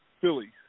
Philly